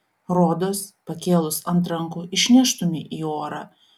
rodos pakėlus ant rankų išneštumei į orą